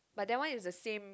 but that one is the same